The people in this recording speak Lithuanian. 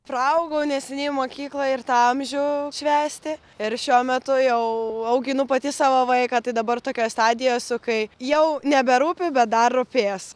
praaugau neseniai mokyklą ir tą amžių švęsti ir šiuo metu jau auginu pati savo vaiką tai dabar tokioj stadijoj esu kai jau neberūpi bet dar rūpės